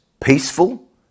peaceful